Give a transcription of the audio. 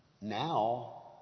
Now